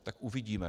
Tak uvidíme.